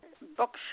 Bookshop